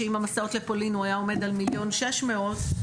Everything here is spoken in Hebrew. שעם המסעות לפולין הוא היה עומד על 1.6 מיליון,